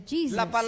Jesus